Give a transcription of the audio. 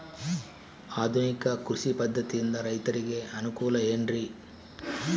ಆಧುನಿಕ ಕೃಷಿ ಪದ್ಧತಿಯಿಂದ ರೈತರಿಗೆ ಅನುಕೂಲ ಏನ್ರಿ?